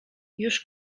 już